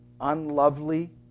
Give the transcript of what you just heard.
unlovely